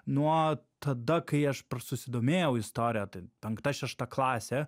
nuo tada kai aš susidomėjau istorija tai penkta šešta klasė